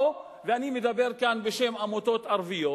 או, ואני מדבר כאן בשם עמותות ערביות,